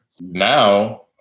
Now